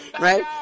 Right